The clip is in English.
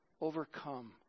overcome